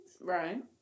Right